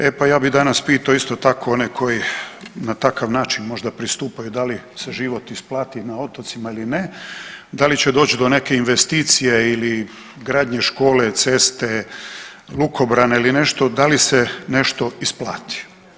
E pa ja bih danas pitao isto tako one koji na takav način možda pristupaju da li se život isplati na otocima ili ne, da li će doći do neke investicije ili gradnje škole, ceste, lukobrana ili nešto, da li se nešto isplati.